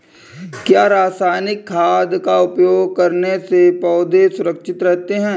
क्या रसायनिक खाद का उपयोग करने से पौधे सुरक्षित रहते हैं?